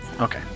Okay